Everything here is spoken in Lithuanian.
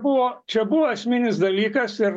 buvo čia buvo esminis dalykas ir